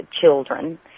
children